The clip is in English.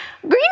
Green